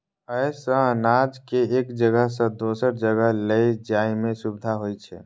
अय सं अनाज कें एक जगह सं दोसर जगह लए जाइ में सुविधा होइ छै